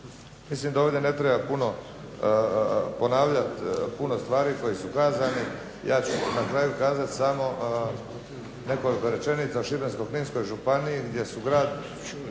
Mislim da ovdje ne treba puno ponavljati puno stvari koje su kazane. Ja ću na kraju kazati samo nekoliko rečenica o Šibensko-kninskoj županiji gdje su grad